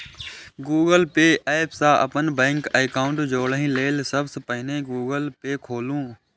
Google Pay app सं अपन bank account जोड़य लेल सबसं पहिने गूगल पे खोलू